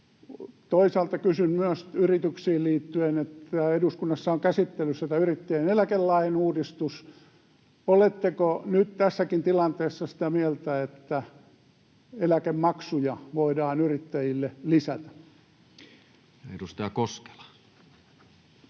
Toisaalta kysyn myös yrityksiin liittyen, kun eduskunnassa on käsittelyssä tämä yrittäjän eläkelain uudistus: oletteko nyt tässäkin tilanteessa sitä mieltä, että eläkemaksuja voidaan yrittäjille lisätä? [Speech